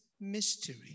mystery